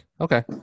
okay